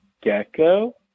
Gecko